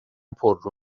پررو